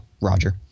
Roger